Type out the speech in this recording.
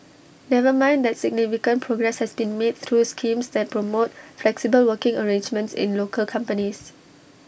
never mind that significant progress has been made through schemes that promote flexible working arrangements in local companies